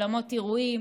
אולמות אירועים.